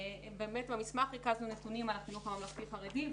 במסמך ריכזנו נתונים על החינוך הממלכתי-חרדי.